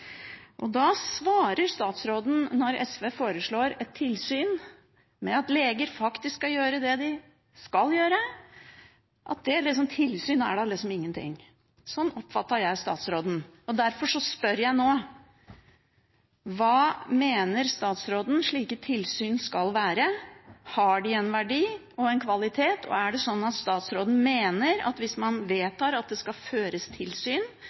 Da svarer statsråden, når SV foreslår et tilsyn med at leger skal gjøre det de skal gjøre, at tilsyn er liksom ingenting. Sånn oppfattet jeg statsråden. Derfor spør jeg nå: Hva mener statsråden slike tilsyn skal være? Har de en verdi og en kvalitet? Og er det sånn at statsråden mener at hvis man vedtar at det skal føres tilsyn